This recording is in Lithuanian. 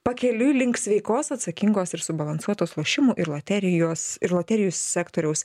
pakeliui link sveikos atsakingos ir subalansuotos lošimų ir loterijos ir loterijų sektoriaus